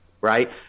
Right